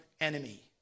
enemy